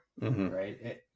right